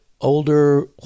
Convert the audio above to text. older